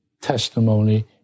testimony